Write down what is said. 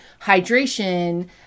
hydration